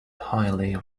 highly